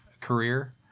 career